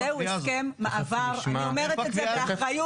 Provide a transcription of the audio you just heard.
זהו הסכם מעבר, אני אומרת את זה באחריות.